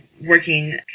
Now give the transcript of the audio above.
working